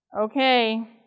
Okay